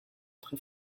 très